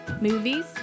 movies